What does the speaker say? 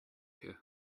here